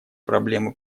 проблемы